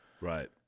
right